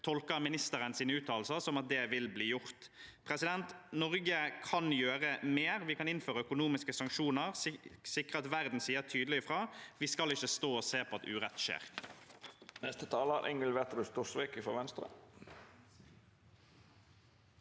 utenriksministerens uttalelser som at det vil bli gjort. Norge kan gjøre mer. Vi kan innføre økonomiske sanksjoner og sikre at verden sier tydelig fra. Vi skal ikke stå og se på at urett skjer.